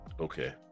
Okay